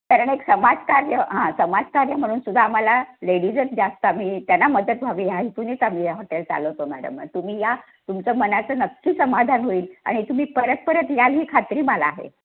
कारण एक समाजकार्य हां समाजकार्य म्हणून सुद्धा आम्हाला लेडीजच जास्त आम्ही त्यांना मदत व्हावी ह्या हेतूनेच आम्ही हे हॉटेल चालवतो मॅडम तुम्ही या तुमचं मनाचं नक्की समाधान होईल आणि तुम्ही परत परत याल ही खात्री माला आहे